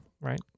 right